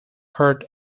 heart